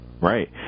Right